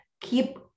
Keep